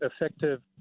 effective